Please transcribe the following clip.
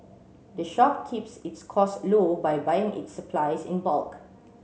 the shop keeps its costs low by buying its supplies in bulk